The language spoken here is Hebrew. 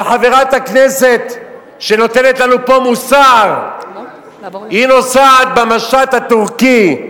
וחברת הכנסת שנותנת לנו פה מוסר נוסעת במשט הטורקי,